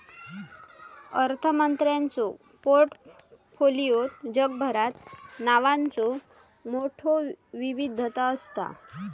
अर्थमंत्र्यांच्यो पोर्टफोलिओत जगभरात नावांचो मोठयो विविधता असता